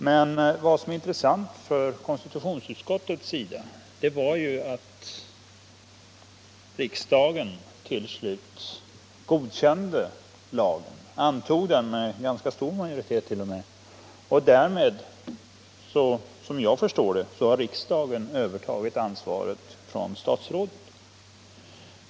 Men det intressanta för konstitutionsutskottets del är ju att riksdagen antog lagen — och gjorde det med ganska stor majoritet t.o.m. Därmed har riksdagen såvitt jag förstår övertagit ansvaret från statsrådet.